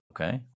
Okay